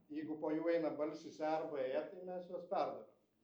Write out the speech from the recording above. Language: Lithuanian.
jeigu po jų eina balsis e arba ė tai mes juos perdarom